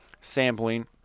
sampling